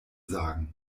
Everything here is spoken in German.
sagen